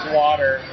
water